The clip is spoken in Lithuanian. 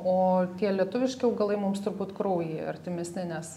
o tie lietuviški augalai mums turbūt kraujyje artimesni nes